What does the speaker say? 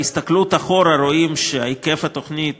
בהסתכלות אחורה רואים שהיקף התוכנית,